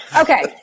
Okay